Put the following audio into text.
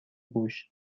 گوش